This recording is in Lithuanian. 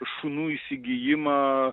šunų įsigijimą